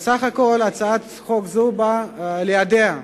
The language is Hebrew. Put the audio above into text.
בסך הכול הצעת החוק הזאת נועדה לתת מידע להורים,